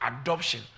adoption